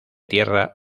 tierra